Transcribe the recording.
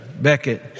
Beckett